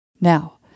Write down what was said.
Now